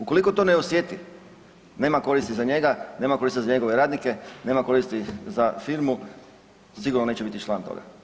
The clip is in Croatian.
Ukoliko to ne osjeti nema koristi za njega, nema koristi za njegove radnike, nema koristi za firmu, sigurno neće biti član toga.